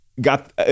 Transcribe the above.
got